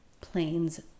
planes